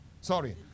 Sorry